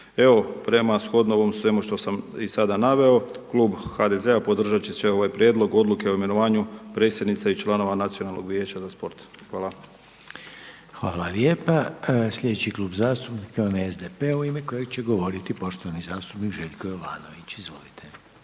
Evo, prema shodno ovom svemu što sam i sada naveo, Klub HDZ-a podržat će ovaj prijedlog odluke o imenovanju predsjednice i članova Nacionalnog vijeća za sport. Hvala. **Reiner, Željko (HDZ)** Hvala lijepa. Sljedeći Klub zastupnika ovaj SDP-a u ime kojeg će govoriti poštovani zastupnik Željko Jovanović. Izvolite.